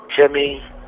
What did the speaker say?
Jimmy